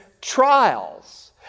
trials